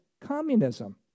communism